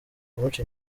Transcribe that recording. kumuca